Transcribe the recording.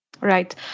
Right